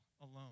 alone